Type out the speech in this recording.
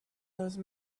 those